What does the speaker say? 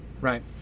right